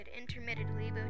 intermittently